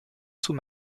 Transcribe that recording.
sous